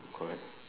correct